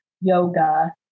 yoga